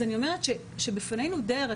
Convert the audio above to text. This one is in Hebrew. אז אני אומרת שבפנינו דרך.